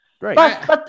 Right